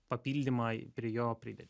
papildymą prie jo pridėti